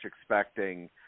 expecting